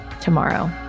tomorrow